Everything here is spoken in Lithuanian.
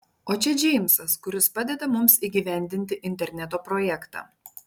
o čia džeimsas kuris padeda mums įgyvendinti interneto projektą